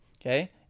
Okay